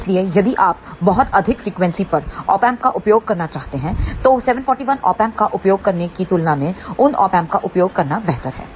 इसलिए यदि आप बहुत अधिक फ्रीक्वेंसी पर OpAmp का उपयोग करना चाहते हैं तो 741 Op Amp का उपयोग करने की तुलना में उन Op Amp का उपयोग करना बेहतर है